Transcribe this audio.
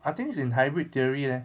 I think it's in hybrid theory leh